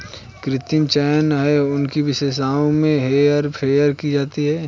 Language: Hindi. कृत्रिम चयन में उनकी विशेषताओं में हेरफेर की जाती है